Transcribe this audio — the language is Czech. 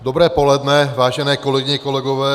Dobré poledne, vážené kolegyně, kolegové.